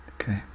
Okay